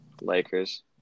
Lakers